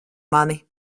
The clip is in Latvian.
mani